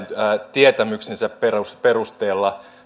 tietämyksensä perusteella perusteella jotain